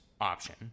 option